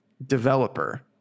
developer